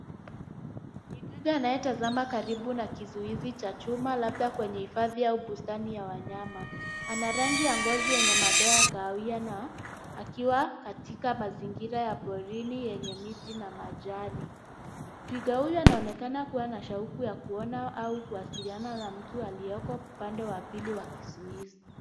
Ni twiga anayetazama karibu na kizuizi cha chuma labda kwenye hifadhi au bustani ya wanyama. Ana rangi ya ngozi yenye madoa ya kahawia na akiwa katika mazingira ya porini yenye miti na majani. Twiga huyu anaonekana kuwa na shauku ya kuona au kuwasiliana na mtu aliye upande wa pili ya kizuizi.